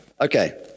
Okay